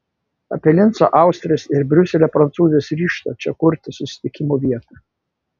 apie linco austrės ir briuselio prancūzės ryžtą čia kurti susitikimų vietą